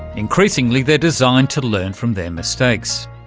increasing like they're designed to learn from their mistakes.